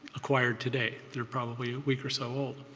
acquired today. they're probably a week or so old.